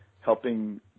helping